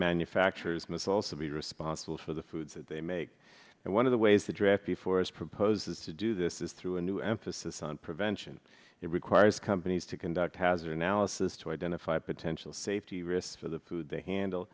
manufacturers in this also be responsible for the foods that they make and one of the ways the draft before us proposes to do this is through a new emphasis on prevention it requires companies to conduct has analysis to identify potential safety risks for the food they handle